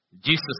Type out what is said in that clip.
Jesus